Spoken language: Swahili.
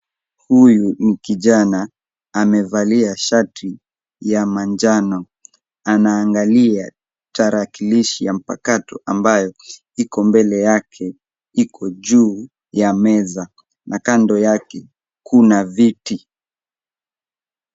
Huyu ni kijana amevalia shati ya manjano. Anaangalia tarakilishi ya mpakato ambayo iko mbele yake iko juu ya meza na kando yake kuna viti.